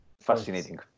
Fascinating